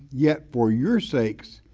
yet for your sakes,